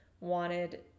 wanted